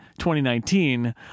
2019